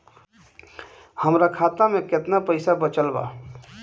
हमरा खाता मे केतना पईसा बचल बा?